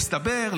מסתבר,